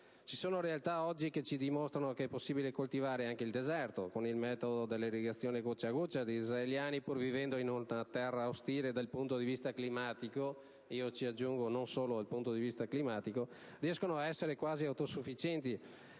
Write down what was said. Ci sono realtà, oggi, che ci dimostrano che è possibile coltivare anche il deserto. Con il metodo dell'irrigazione goccia a goccia, gli israeliani, pur vivendo in una terra ostile dal punto di vista climatico (e non solo dal punto di vista climatico), riescono ad essere quasi autosufficienti